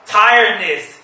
tiredness